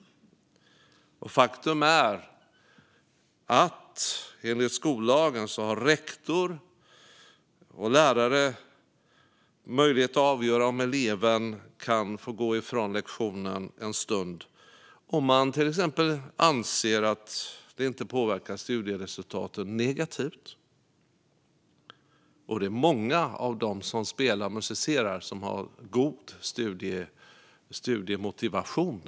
Faktum är att rektor och lärare enligt skollagen har möjlighet att avgöra om eleven kan gå ifrån lektionen en stund om man anser att det inte påverkar studieresultaten negativt. Det är också många av dem som spelar och musicerar som har god studiemotivation.